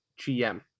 gm